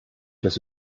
das